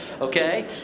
okay